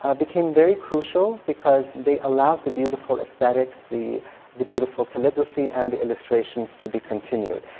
ah became very crucial because they allowed the beautiful esthetics, the the beautiful calligraphy, and the illustrations to be continued.